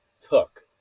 took